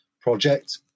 project